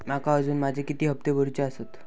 माका अजून माझे किती हप्ते भरूचे आसत?